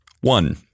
one